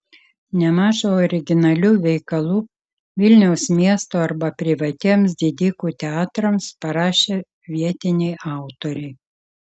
nemaža originalių veikalų vilniaus miesto arba privatiems didikų teatrams parašė vietiniai autoriai